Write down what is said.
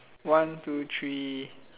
one two three